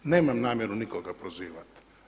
Nemam namjeru nikoga prozivati.